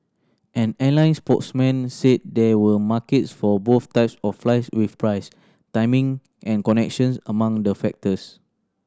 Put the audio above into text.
an airline spokesman said there were markets for both types of flights with price timing and connections among the factors